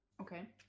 okay